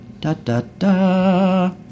Da-da-da